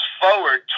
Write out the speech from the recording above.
forward